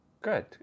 Good